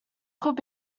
could